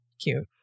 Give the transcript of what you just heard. cute